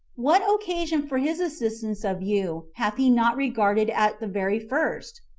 what occasion for his assistance of you hath he not regarded at the very first?